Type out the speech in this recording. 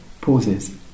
pauses